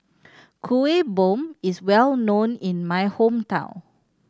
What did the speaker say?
Kuih Bom is well known in my hometown